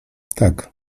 tak